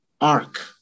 ark